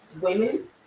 women